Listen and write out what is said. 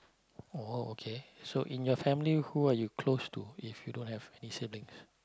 oh okay so in your family who are you close to if you don't have any siblings